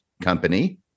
company